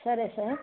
సరే సార్